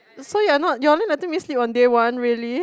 so you're not you're only letting me sleep on day one really